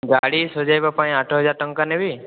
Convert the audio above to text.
ଗାଡ଼ି ସଜାଇବା ପାଇଁ ଆଠ ହଜାର ଟଙ୍କା ନେବି